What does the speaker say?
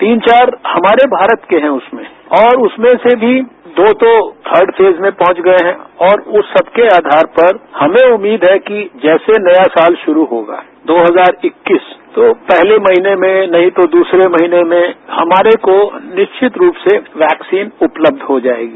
तीन चार हमारे भारत के हैं उसमें और उसमें से भी दो तो थर्ड फेज में पहुंच गये हैं और उस सबके आधार पर हमें उम्मीद है कि जैसे नया साल शुरू होगा दो हजार इक्कीस तो पहले महीने में नहीं तो दूसरे महीने में हमारे को निश्चित रूप से वैक्सीन उपलब्ध हो जाएगी